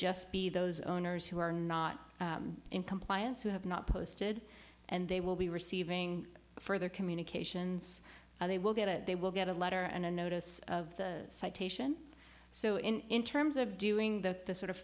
just be those owners who are not in compliance who have not posted and they will be receiving further communications and they will get it they will get a letter and a notice of the citation so in terms of doing the sort of